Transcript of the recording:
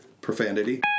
profanity